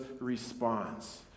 responds